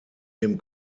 dem